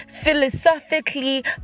Philosophically